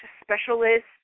specialists